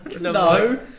No